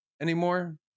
anymore